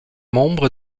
membre